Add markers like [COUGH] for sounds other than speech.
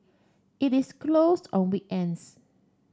it is closes on [UNINTELLIGIBLE]